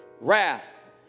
wrath